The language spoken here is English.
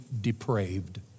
depraved